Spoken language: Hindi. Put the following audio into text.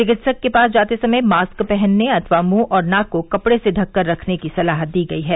चिकित्सक के पास जाते समय मास्क पहनने अथवा मुंह और नाक को कपड़े से ढककर रखने की सलाह दी गई है